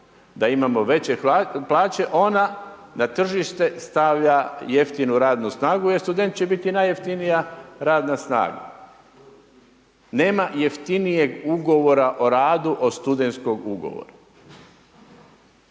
da imamo veće plaće, ona na tržište stavlja jeftinu radnu snagu jer student će biti najjeftinija radna snaga. Nema jeftinijeg ugovora o radu od studentskog ugovora.